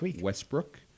Westbrook